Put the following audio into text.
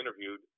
interviewed